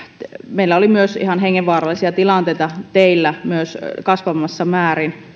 meillä oli myös ihan hengenvaarallisia tilanteita teillä myös kasvavassa määrin